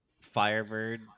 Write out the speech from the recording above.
firebird